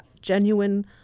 genuine